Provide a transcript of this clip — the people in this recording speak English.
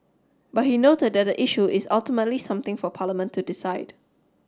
but he noted that the issue is ultimately something for Parliament to decide